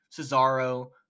Cesaro